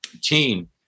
team